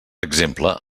exemple